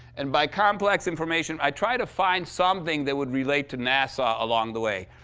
and by complex information, i try to find something that would relate to nasa along the way.